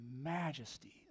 majesty